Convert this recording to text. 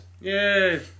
yay